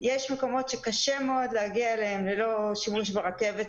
יש מקומות שקשה מאוד להגיע אליהם ללא שימוש ברכבת,